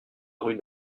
rue